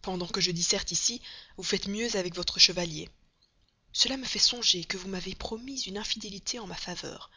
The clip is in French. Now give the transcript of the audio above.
pendant que je disserte ici vous faites mieux avec votre chevalier cela me fait songer que vous m'avez promis une infidélité en ma faveur